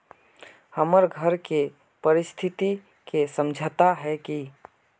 हमर घर के परिस्थिति के समझता है की?